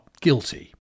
guilty